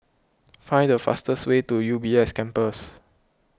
find the fastest way to U B S Campus